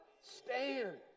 stand